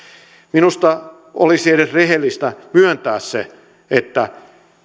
minusta olisi edes rehellistä myöntää että